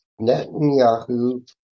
Netanyahu